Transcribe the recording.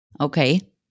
Okay